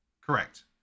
Correct